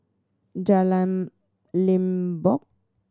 Jalan Limbok